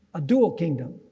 a dual kingdom,